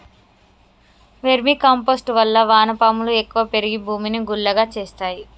vermi compost వల్ల వాన పాములు ఎక్కువ పెరిగి భూమిని గుల్లగా చేస్తాయి